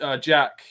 Jack